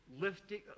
lifting